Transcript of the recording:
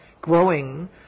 growing